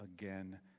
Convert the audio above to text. again